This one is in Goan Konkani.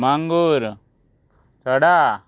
मांगूर सडा